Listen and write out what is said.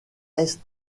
est